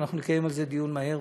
אנחנו נקיים על זה דיון מהיר,